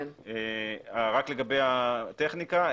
רק לגבי הטכניקה,